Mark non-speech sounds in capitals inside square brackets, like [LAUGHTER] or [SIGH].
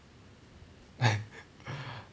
[LAUGHS]